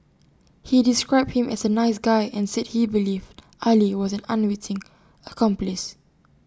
he described him as A nice guy and said he believed Ali was an unwitting accomplice